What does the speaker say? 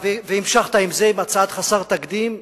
המשכת בזה עם הצעד חסר התקדים,